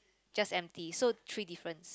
just empty so three differences